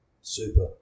Super